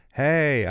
hey